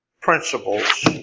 principles